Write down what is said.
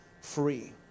free